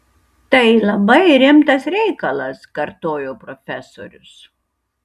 tai labai rimtas reikalas kartojo profesorius